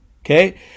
okay